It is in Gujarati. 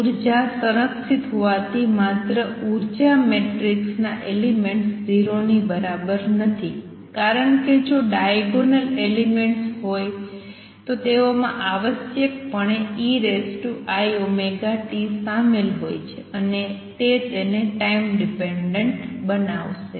ઉર્જા સંરક્ષિત હોવાથી માત્ર ઉર્જા મેટ્રિક્સના એલિમેંટ્સ 0 ની બરાબર નથી કારણ કે જો ડાયગોનલ એલિમેંટ્સ હોય તો તેઓમાં આવશ્યકપણે eiωt શામેલ હોય છે અને તે તેને ટાઈમ ડિપેનડંટ બનાવશે